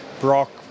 Brock